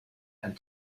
and